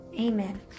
Amen